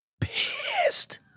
Pissed